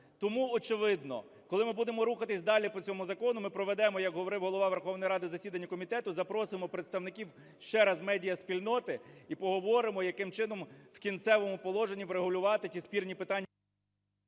Тому, очевидно, коли ми будемо рухатись далі по цьому закону, ми проведемо, як говорив Голова Верховної Ради, засідання комітету, запросимо представників, ще раз, медіа-спільноти. І поговоримо, яким чином в кінцевому положенні врегулювати ті спірні питання…